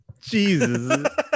Jesus